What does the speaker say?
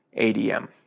ADM